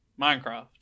Minecraft